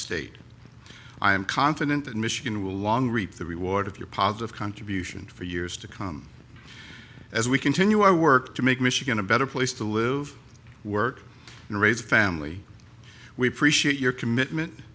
state i am confident that michigan will long reap the reward of your positive contribution for years to come as we continue our work to make michigan a better place to live work and raise a family we appreciate your commitment